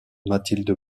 mathilde